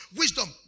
wisdom